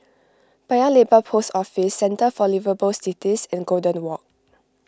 Paya Lebar Post Office Centre for Liveable Cities and Golden Walk